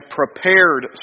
prepared